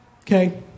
Okay